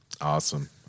Awesome